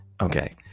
Okay